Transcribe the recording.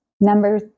Number